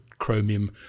Chromium